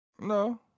No